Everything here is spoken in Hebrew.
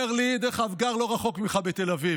דרך אגב, הוא גר לא רחוק ממך בתל אביב.